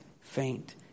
faint